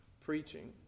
preaching